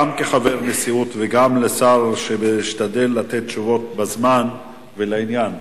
גם כחבר נשיאות וגם לשר שמשתדל לתת תשובות בזמן ולעניין.